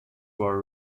were